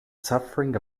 suffering